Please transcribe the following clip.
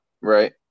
Right